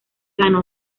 ganó